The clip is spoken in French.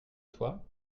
toi